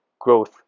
growth